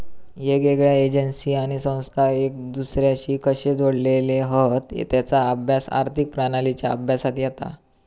येगयेगळ्या एजेंसी आणि संस्था एक दुसर्याशी कशे जोडलेले हत तेचा अभ्यास आर्थिक प्रणालींच्या अभ्यासात येता